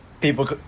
people